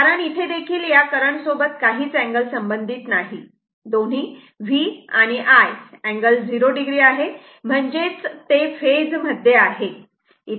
कारण इथेदेखील या करंटसोबत काहीच अँगल संबंधित नाही दोन्ही V आणि I अँगल 0 o आहे म्हणजे ते फेज मध्ये आहेत